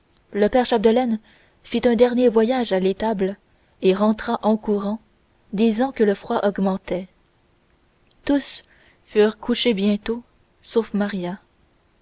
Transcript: le père chapdelaine fit un dernier voyage à l'étable et rentra en courant disant que le froid augmentait tous furent couchés bientôt sauf maria